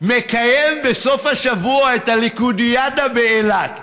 מקיים בסוף השבוע את הליכודיאדה באילת.